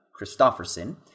Christofferson